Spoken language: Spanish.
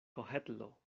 cogedlo